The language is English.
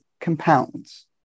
compounds